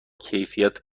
کیفیت